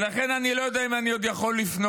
ולכן, אני לא יודע אם אני עוד יכול לפנות,